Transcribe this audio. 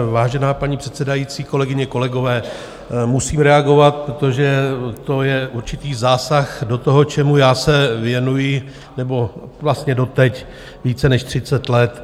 Vážená paní předsedající, kolegyně, kolegové, musím reagovat, protože to je určitý zásah do toho, čemu já se věnuji, nebo vlastně doteď, více než třicet let.